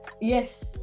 Yes